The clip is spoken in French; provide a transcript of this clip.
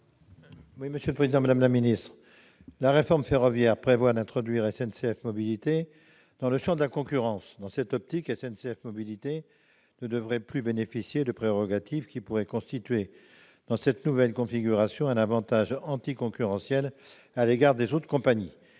: La parole est à M. Alain Fouché. La réforme ferroviaire prévoit d'introduire SNCF Mobilités dans le champ de la concurrence. Dans cette optique, SNCF Mobilités ne devrait plus bénéficier de prérogatives qui pourraient constituer, dans cette nouvelle configuration, un avantage anticoncurrentiel par rapport aux autres compagnies.